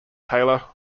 taylor